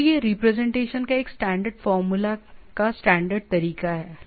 तो यह रिप्रेजेंटेशन का एक स्टैंडर्ड फार्मूला का स्टैंडर्ड तरीका है